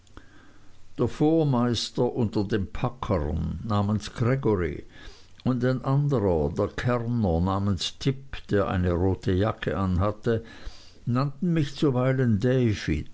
der vormeister unter den packern namens gregory und ein andrer der kärrner namens tipp der eine rote jacke anhatte nannten mich zuweilen david